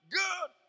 good